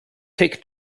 take